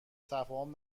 تفاهم